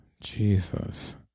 Jesus